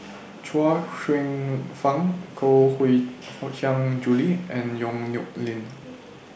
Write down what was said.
Chuang Hsueh Fang Koh Hui Hiang Julie and Yong Nyuk Lin